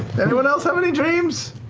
anyone else have any dreams?